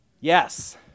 Yes